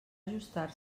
ajustar